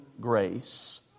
grace